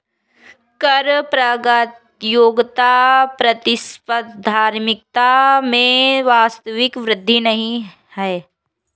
कर प्रतियोगिता प्रतिस्पर्धात्मकता में वास्तविक वृद्धि नहीं है